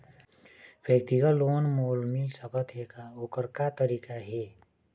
व्यक्तिगत लोन मोल मिल सकत हे का, ओकर का तरीका हे?